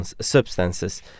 substances